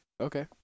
Okay